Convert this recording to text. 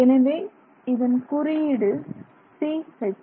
எனவே இதன் குறியீடு Ch